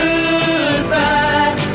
Goodbye